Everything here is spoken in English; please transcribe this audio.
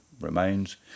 remains